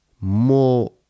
more